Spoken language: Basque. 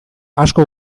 asko